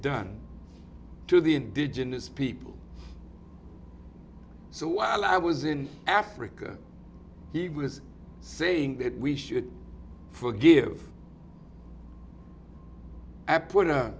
done to the indigenous people so while i was in africa he was saying that we should forgive i put a